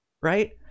right